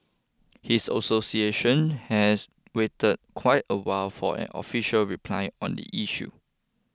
his association has waited quite a while for an official reply on the issue